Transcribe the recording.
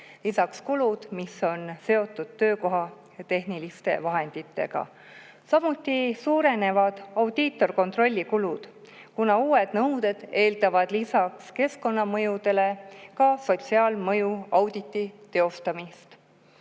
lisaks kulud, mis on seotud töökoha tehniliste vahenditega. Samuti suurenevad audiitorkontrolli kulud, kuna uued nõuded eeldavad lisaks keskkonnamõjudele ka sotsiaalmõju auditi teostamist,